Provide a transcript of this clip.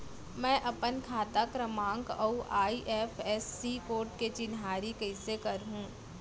मैं अपन खाता क्रमाँक अऊ आई.एफ.एस.सी कोड के चिन्हारी कइसे करहूँ?